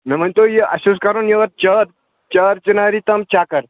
مےٚ ؤنۍتو یہِ اَسہِ اوس کَرُن یور چار چار چِناری تام چَکَر